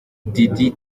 diddy